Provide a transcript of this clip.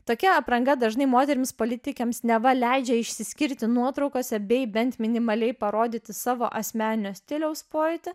tokia apranga dažnai moterims politikėms neva leidžia išsiskirti nuotraukose bei bent minimaliai parodyti savo asmeninio stiliaus pojūtį